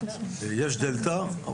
יש דלתא.